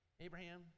Abraham